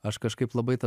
aš kažkaip labai tą